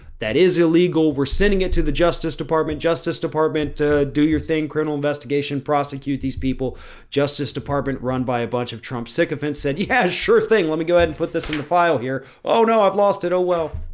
that is illegal. we're sending it to the justice department, justice department to do your thing. criminal investigation prosecutes these people justice department run by a bunch of trump. sycophants said yeah, sure thing. let me go ahead and put this in the file here. oh no, i've lost it. oh, well